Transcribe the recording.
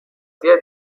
دارت